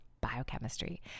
biochemistry